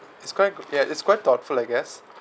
it's quite ya it's quite thoughtful I guess